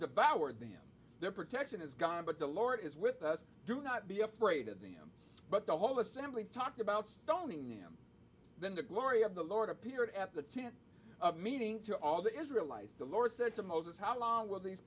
devour them their protection is gone but the lord is with us do not be afraid of them but the whole assembly talked about stoning them then the glory of the lord appeared at the tent meeting to all the israelites the lord said to moses how long will these